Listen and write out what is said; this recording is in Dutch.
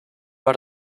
waar